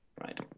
right